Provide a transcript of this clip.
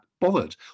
bothered